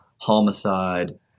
homicide